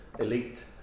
elite